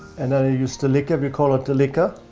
and i use to lick every corner to lacquer,